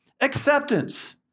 Acceptance